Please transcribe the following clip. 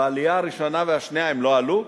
בעלייה הראשונה ובעלייה השנייה, הם לא עלו?